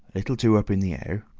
little two up in the air,